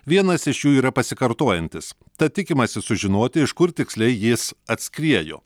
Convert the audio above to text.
vienas iš jų yra pasikartojantis tad tikimasi sužinoti iš kur tiksliai jis atskriejo